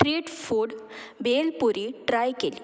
street food bhelpuri try केली